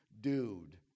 Dude